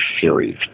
series